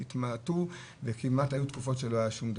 התמעטו וכמעט היו תקופות שלא היה שום דבר.